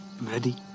Ready